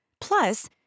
Plus